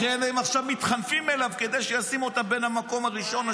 לכן הם עכשיו מתחנפים אליו כדי שישים אותם בין המקום הראשון,